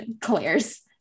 Claire's